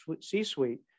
C-suite